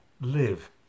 live